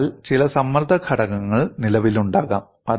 അതിനാൽ ചില സമ്മർദ്ദ ഘടകങ്ങൾ നിലവിലുണ്ടാകാം